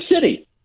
city